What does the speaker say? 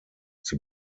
sie